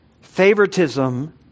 favoritism